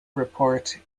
report